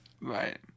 Right